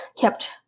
kept